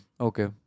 okay